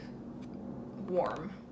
warm